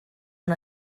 una